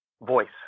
voice